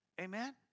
Amen